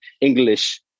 English